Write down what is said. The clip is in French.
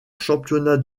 championnat